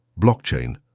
Blockchain